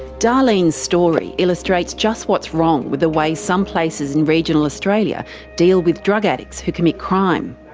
darlene's story illustrates just what's wrong with the way some places in regional australia deal with drug addicts who commit crime.